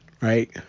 right